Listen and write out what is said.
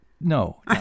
No